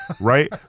right